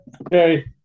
Okay